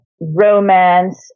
romance